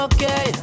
Okay